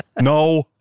No